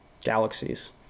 galaxies